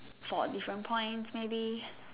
for different points maybe